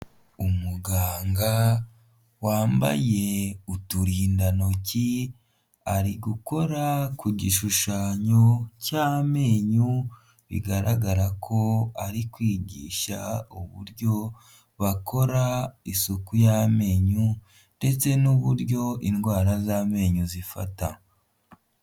Umuganga wambaye uturindantoki ari gukora ku gishushanyo cy'amenyo bigaragara ko ari kwigisha uburyo bakora isuku y'amenyo ndetse n'uburyo indwara z'amenyo zifata.